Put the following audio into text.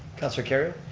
counselor kerrio.